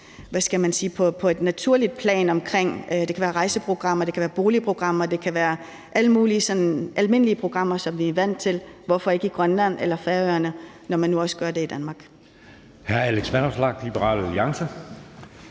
et sådan lidt mere naturligt plan. Det kan være rejseprogrammer, eller det kan være boligprogrammer. Det kan være alle mulige almindelige programmer, som vi er vant til at have. Hvorfor ikke i Grønland eller Færøerne, når man nu også gør det i Danmark?